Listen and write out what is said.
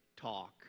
talk